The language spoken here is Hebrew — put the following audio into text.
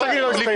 לא, לא הסתיים.